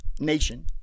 nation